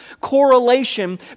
correlation